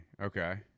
Okay